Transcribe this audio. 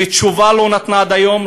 ותשובה לא נתנה עד היום.